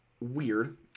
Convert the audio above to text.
weird